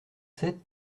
sept